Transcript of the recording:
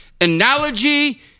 analogy